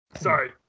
Sorry